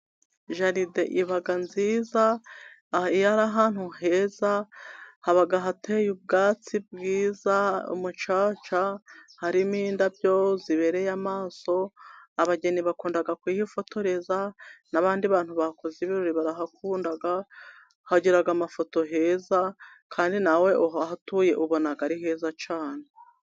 Jaride iba nziza, iyo ari ahantu heza, haba hateye ubwatsi bwiza, umacaca, harimo indabyo zibereye amaso, abageni bakunda kuhifotorereza n'abandi bantu bakoze ibirori barahakunda. Hagira amafoto heza, kandi nawe uhatuye ubona ari heza cyane.